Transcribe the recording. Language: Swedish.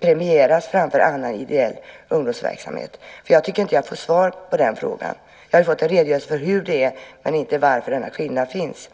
premieras framför annan ideell ungdomsverksamhet. Jag tycker inte att jag får svar på den frågan. Jag har fått en redogörelse för hur det är men inte för varför denna skillnad finns.